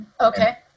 okay